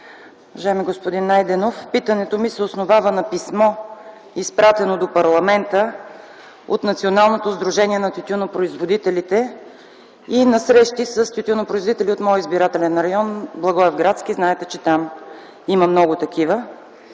Уважаеми господин Найденов, питането ми се основава на писмо, изпратено до парламента от Националното сдружение на тютюнопроизводителите, и на срещи с тютюнопроизводители от моя избирателен район - Благоевградски. Знаете, че там има много такива.